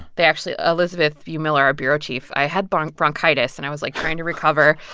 they actually elisabeth bumiller, our bureau chief i had but bronchitis, and i was, like, trying to recover.